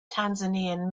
tanzanian